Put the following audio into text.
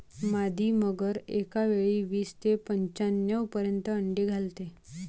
मादी मगर एकावेळी वीस ते पंच्याण्णव पर्यंत अंडी घालते